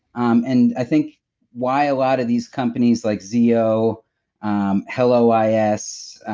um and i think why a lot of these companies like zeo um hello i s,